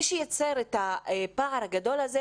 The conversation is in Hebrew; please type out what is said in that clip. מי שייצר את הפער הגדול הזה,